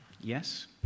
yes